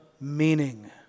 meaning